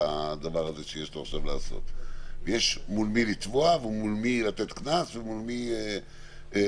יש מול מי לתבוע ומול מי לתת קנס ומול מי להתריע.